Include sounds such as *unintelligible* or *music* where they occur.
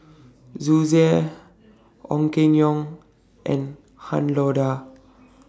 *unintelligible* Ong Keng Yong and Han Lao DA